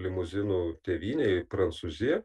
limuzinų tėvynę į prancūziją